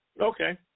Okay